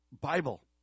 Bible